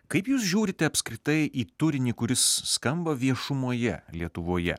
kaip jūs žiūrite apskritai į turinį kuris skamba viešumoje lietuvoje